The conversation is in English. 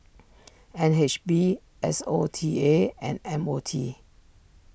N H B S O T A and M O T